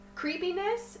creepiness